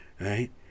Right